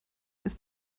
ist